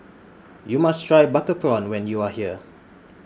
YOU must Try Butter Prawn when YOU Are here